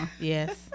Yes